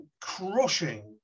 crushing